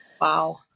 Wow